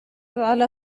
على